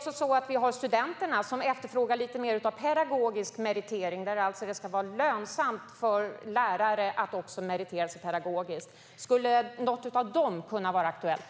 Studenterna efterfrågar också mer av pedagogisk meritering, alltså att det ska vara lönsamt för lärare att meritera sig pedagogiskt. Skulle något av detta kunna vara aktuellt?